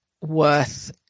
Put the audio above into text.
worth